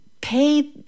pay